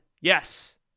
Yes